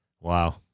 Wow